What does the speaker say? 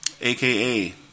AKA